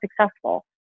successful